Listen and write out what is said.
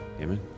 amen